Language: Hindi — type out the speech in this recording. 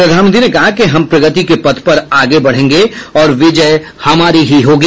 प्रधानमंत्री ने कहा कि हम प्रगति के पथ पर आगे बढ़ेंगे और विजय हमारी ही होगी